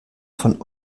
von